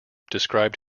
described